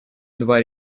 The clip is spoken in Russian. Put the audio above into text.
два